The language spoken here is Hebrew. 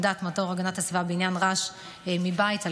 עמדת מדור הגנת הסביבה בעניין רעש מבית על